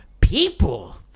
people